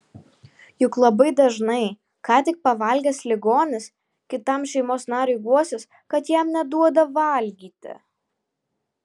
juk labai dažnai ką tik pavalgęs ligonis kitam šeimos nariui guosis kad jam neduoda valgyti